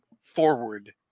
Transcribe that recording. Forward